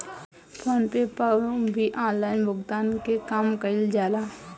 phone पे पअ भी online भुगतान के काम कईल जाला